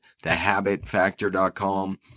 thehabitfactor.com